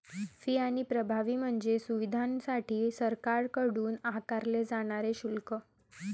fee आणि प्रभावी म्हणजे सुविधांसाठी सरकारकडून आकारले जाणारे शुल्क